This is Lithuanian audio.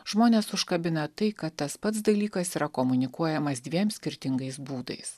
žmonės užkabina tai kad tas pats dalykas yra komunikuojamas dviem skirtingais būdais